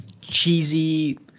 cheesy